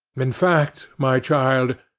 in fact, my child,